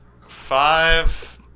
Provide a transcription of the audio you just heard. Five